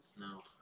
no